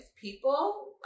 people